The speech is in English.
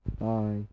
Bye